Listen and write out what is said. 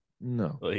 no